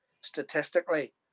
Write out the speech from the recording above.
statistically